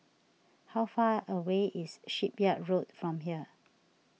how far away is Shipyard Road from here